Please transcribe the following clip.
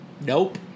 Nope